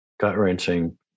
gut-wrenching